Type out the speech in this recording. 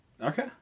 Okay